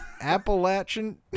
Appalachian